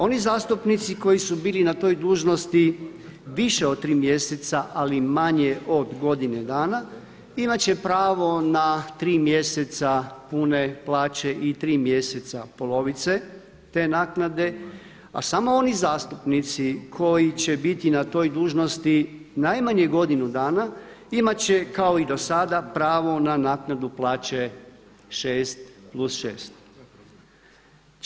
Oni zastupnici koji su bili na toj dužnosti više od tri mjeseca, ali manje od godine dana imat će pravo na tri mjeseca pune plaće i tri mjeseca polovice te naknade, a samo oni zastupnici koji će biti na toj dužnosti najmanje godinu dana, imat će kao i do sada pravo na naknadu plaće šest plus šest.